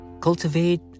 cultivate